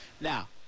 now